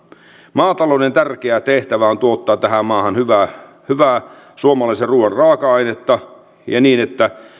maatalouden tärkeä tehtävä on tuottaa tähän maahan hyvää hyvää suomalaisen ruuan raaka ainetta ja niin että